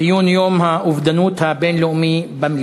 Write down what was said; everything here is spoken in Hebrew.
ציון היום הבין-לאומי למניעת